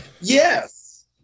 Yes